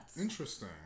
Interesting